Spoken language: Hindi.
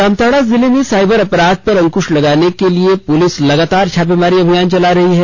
जामताड़ा जिले में साइबर अपराध पर अंकुश लगाने को लेकर पुलिस लगातार छापेमारी अभियान चला रही है